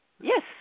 Yes